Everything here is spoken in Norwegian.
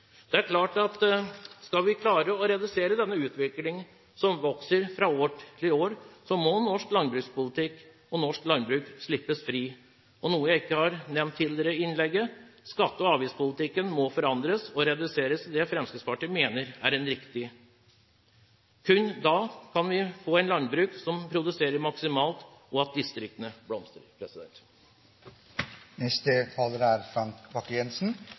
Det er klart at skal vi klare å redusere denne utviklingen – som vokser fra år til år – må norsk landsbrukspolitikk og norsk landbruk slippes fri. Så noe jeg ikke har nevnt tidligere: Skatte- og avgiftspolitikken må forandres og reduseres til det Fremskrittspartiet mener er riktig. Kun da kan vi få et landbruk som produserer maksimalt, slik at distriktene blomstrer.